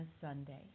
Sunday